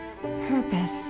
purpose